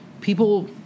People